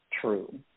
true